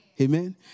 Amen